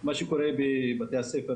של מה שקורה בבתי הספר